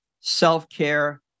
self-care